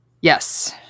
Yes